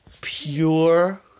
pure